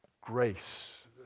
grace